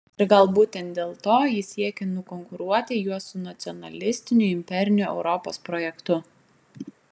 ir gal būtent dėl to jis siekia nukonkuruoti juos su nacionalistiniu imperiniu europos projektu